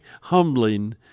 humbling